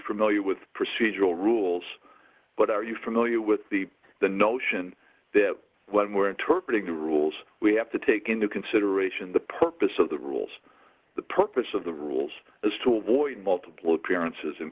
familiar with procedural rules but are you familiar with the the notion that when were interpreted the rules we have to take into consideration the purpose of the rules the purpose of the rules as to avoid multiple appearances in